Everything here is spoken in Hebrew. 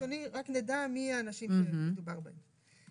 שלב ראשוני רק נדע מי האנשים שמדובר בהם.